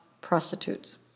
prostitutes